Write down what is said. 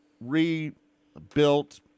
rebuilt